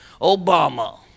Obama